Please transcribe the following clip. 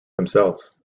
themselves